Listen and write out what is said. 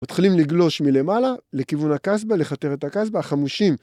‫מתחילים לגלוש מלמעלה לכיוון הקסבה, ‫לכתר את הקסבה, החמושים.